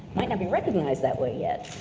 might not be recognized that way yet,